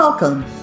Welcome